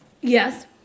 Yes